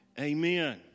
amen